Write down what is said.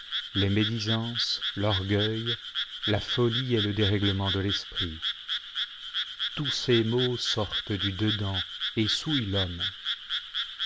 les médisances l'orgueil la folie et le dérèglement de l'esprit tous ces maux sortent du dedans et souillent l'homme